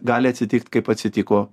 gali atsitikt kaip atsitiko